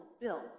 built